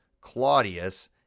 Claudius